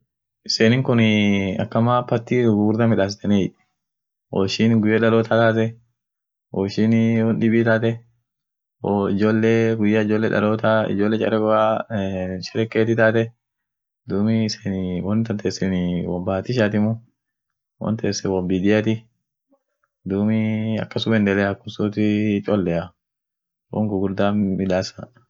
Biljam ada ishia biria ada ishiani taa afan ishin dubet afan sedii lemish french iyo germany amine dum sagale ishin nyatu sagale biljan viazi yeden aminen chocolatine lila nyati amine sagale ishia tadibin maka ishia belgianseduve yeden stomp yeden amine rabbit alacreckine hinyatie. mambo wo ijarsa tane lila fan marti inama akii romanecksia faa familinen akama muhimu kaen won familia akama lila ijabanor jirt